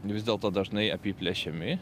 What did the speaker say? vis dėlto dažnai apiplėšiami